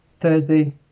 Thursday